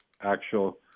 actual